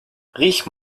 riech